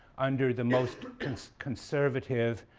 under the most conservative,